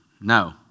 No